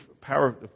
power